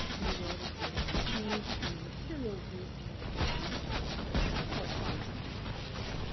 we were able to then change the materials used in those districts and correspondingly the cost.